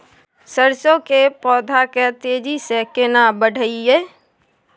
सरसो के पौधा के तेजी से केना बढईये?